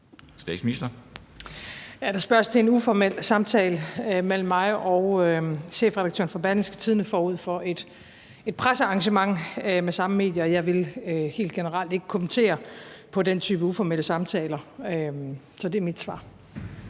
Frederiksen): Der spørges til en uformel samtale mellem mig og chefredaktøren for Berlingske forud for et pressearrangement med samme medie. Jeg vil helt generelt ikke kommentere på den type uformelle samtaler. Så det er mit svar.